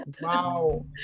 Wow